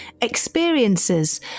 experiences